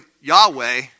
Yahweh